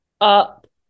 up